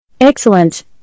Excellent